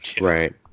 Right